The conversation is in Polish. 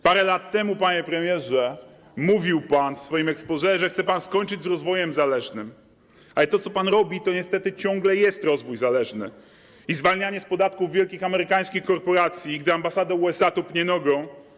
Parę lat temu, panie premierze, mówił pan w swoim exposé, że chce pan skończyć z rozwojem zależnym, ale to, co pan robi, to niestety ciągle jest rozwój zależny i zwalnianie z podatków wielkich amerykańskich korporacji, gdy ambasada USA tupnie nogą.